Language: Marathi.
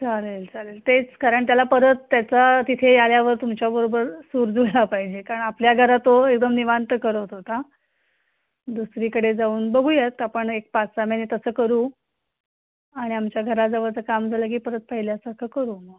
चालेल चालेल तेच कारण त्याला परत त्याचा तिथे आल्यावर तुमच्याबरोबर सूर जुळला पाहिजे कारण आपल्या घरात तो एकदम निवांत करत होता दुसरीकडे जाऊन बघूयात आपण एक पाच सहा महिने तसं करू आणि आमच्या घराजवळचं काम झालं की परत पहिल्यासारखं करू मग